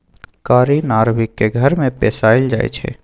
कारी नार्भिक के घर में पोशाल जाइ छइ